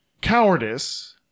cowardice